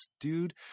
dude